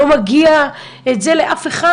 לא מגיע את זה לאף אחד.